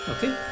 Okay